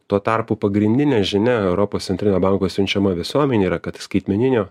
tuo tarpu pagrindinė žinia europos centrinio banko siunčiama visuomenei yra kad skaitmeninio